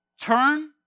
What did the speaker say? Turn